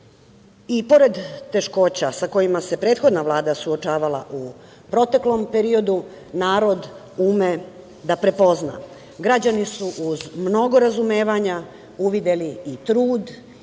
I pored teškoća sa kojima se prethodna Vlada suočavala u proteklom periodu, narod ume da prepozna. Građani su uz mnogo razumevanja uvideli i trud